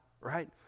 right